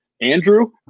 Andrew